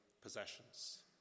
possessions